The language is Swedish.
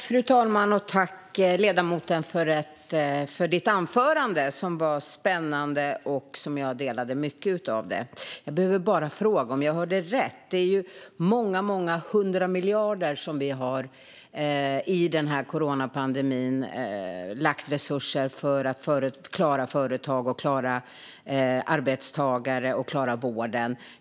Fru talman! Tack, ledamoten, för ett spännande anförande! Jag instämmer i mycket av det. Jag behöver bara fråga om jag hörde rätt. Vi har ju lagt många hundra miljarder på resurser för att klara företagen, arbetstagarna och vården under coronapandemin.